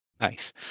Nice